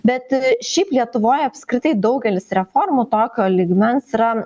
bet šiaip lietuvoj apskritai daugelis reformų tokio lygmens yra